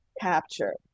capture